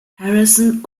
harrison